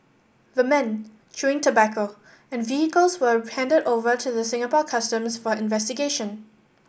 the men chewing tobacco and vehicles were handed over to the Singapore Customs for investigation